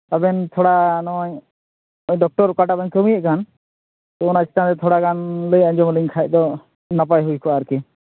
ᱟᱵᱮᱱ ᱛᱷᱚᱲᱟ ᱱᱚᱜᱼᱚᱭ ᱰᱚᱠᱴᱚᱨ ᱚᱠᱟᱴᱟᱜ ᱵᱮᱱ ᱠᱟᱹᱢᱤᱭᱮᱫ ᱠᱟᱱ ᱛᱚ ᱚᱱᱟ ᱪᱮᱛᱟᱱ ᱨᱮ ᱛᱷᱚᱲᱟ ᱜᱟᱱ ᱞᱟᱹᱭ ᱟᱸᱡᱚᱢᱟᱞᱤᱧ ᱠᱷᱟᱱ ᱫᱚ ᱱᱟᱯᱟᱭ ᱦᱩᱭ ᱠᱚᱜᱼᱟ ᱟᱨᱠᱤ